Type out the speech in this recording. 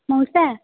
ମଉସା